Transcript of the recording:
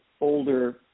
older